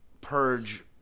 Purge